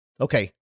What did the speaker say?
Okay